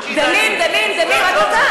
דנים, דנים, דנים, עד מתי?